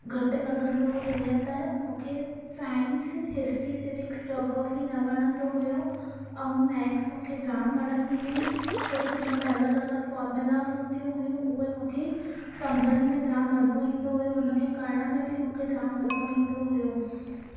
घटि लॻंदो जीअं त मूंखे साइंस हिस्ट्री सिविक्स जोग्रोफी न वणंदो हुओ ऐं मैथ्स मूंखे जाम वणंदी हुई छोकी हुन में अलॻि अलॻि फॉर्मूलास हूंदियूं हुयूं उहे मूंखे सम्झण में जाम मज़ो ईंदो हुओ हुन खे करण में बि मूंखे जाम मज़ो ईंदो हुओ